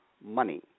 money